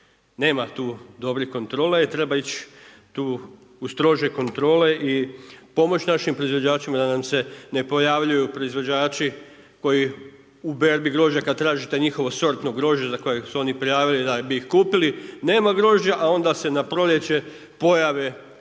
Nema tu dobrih kontrola i treba ići tu u strože kontrole i pomoć našim proizvođačima da nam se ne pojavljuju proizvođači koji u berbi grožđa kad tražite njihovo sortno grožđe za koje su prijavili da bi ih kupili nema grožđa, a onda se na proljeće pojave njihova